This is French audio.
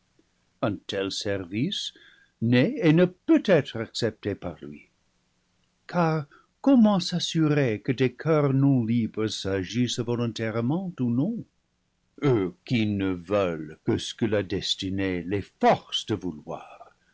un tel service n'est et ne peut être accepté par lui car comment s'assurer que des coeurs non libres agissent volontairement ou non eux qui ne veulent que ce que la destinée les force de vouloir